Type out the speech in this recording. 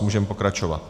Můžeme pokračovat.